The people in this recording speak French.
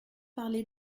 parler